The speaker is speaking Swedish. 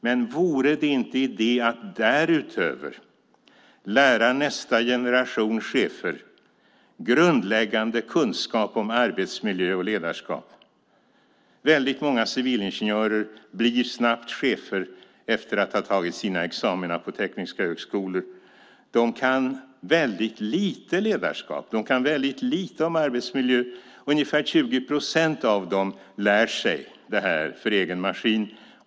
Men vore det inte idé att därutöver lära nästa generation chefer grundläggande kunskap om arbetsmiljö och ledarskap? Väldigt många civilingenjörer blir snabbt chefer efter att ha tagit sina examina på tekniska högskolor. De kan väldigt lite om ledarskap. De kan väldigt lite om arbetsmiljö. Ungefär 20 procent av dem lär sig det här för egen maskin.